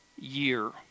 year